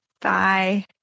bye